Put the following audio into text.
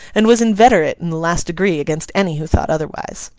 and was inveterate in the last degree against any who thought otherwise.